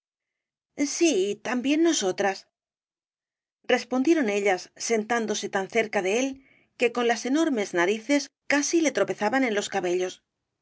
sí también nosotras respondieron ellas sentándose tan cerca de él que con las enormes narices casi le tropezaban en los cabellos